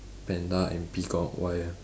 panda and peacock why ah